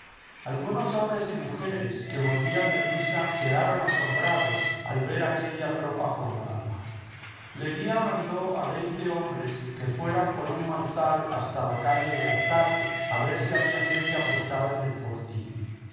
algunos hombres y mujeres que volvían de misa quedaron asombrados al ver aquella tropa formada leguía mandó a veinte hombres que fueran por un maizal hasta la calle de álzate a ver si había gente apostada en el fortín